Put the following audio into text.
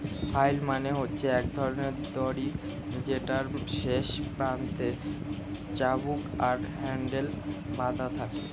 flail মানে হচ্ছে এক ধরণের দড়ি যেটার শেষ প্রান্তে চাবুক আর হ্যান্ডেল বাধা থাকে